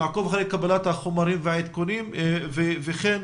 נעקוב אחרי קבלת החומרים והעדכונים וכן